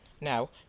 now